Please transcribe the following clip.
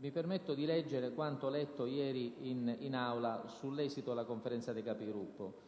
in proposito quanto ho letto ieri in Aula sull'esito della Conferenza dei Capigruppo: